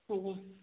ଆଜ୍ଞା